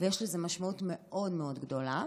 ויש לזה משמעות מאוד מאוד גדולה.